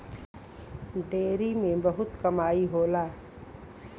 dairy में बहुत कमाई होला